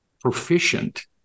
proficient